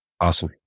Awesome